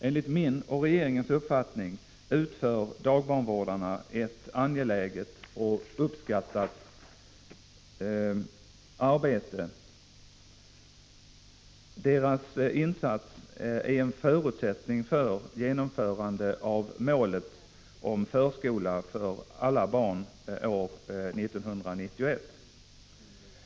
Enligt min och regeringens uppfattning utför dagbarnvårdarna ett angeläget och uppskattat arbete. Deras insats är en förutsättning för genomförandet av målet om förskola för alla barn år 1991.